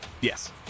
Yes